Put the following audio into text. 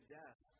death